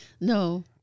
no